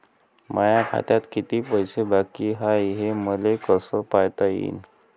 माया खात्यात किती पैसे बाकी हाय, हे मले कस पायता येईन?